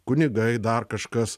kunigai dar kažkas